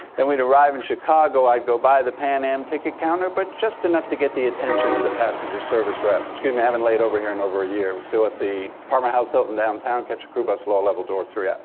and we'd arrive in chicago, i'd go by the pan am ticket counter, but just enough to get the attention of the passenger service rep. excuse me, i haven't laid over here in over a year. we're still at the palmer house hilton downtown. catch a crew bus lower level door three, out.